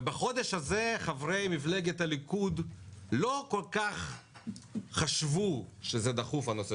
ובחודש הזה חברי מפלגת הליכוד לא כל כך חשבו שזה דחוף הנושא